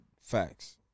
Facts